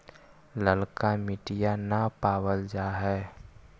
ललका मिटीया न पाबल जा है?